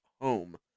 home